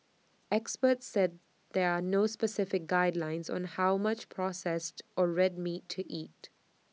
experts said there are no specific guidelines on how much processed or red meat to eat